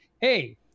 Hey